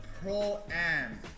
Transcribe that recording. Pro-Am